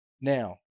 now